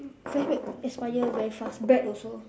fresh milk expire very fast bread also